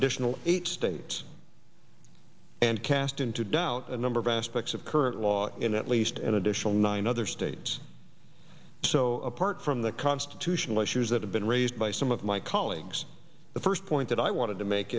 additional eight states and cast into doubt a number of aspects of current law in at least an additional nine other states so apart from the constitutional issues that have been raised by some of my colleagues the first point that i wanted to make